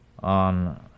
on